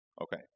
Okay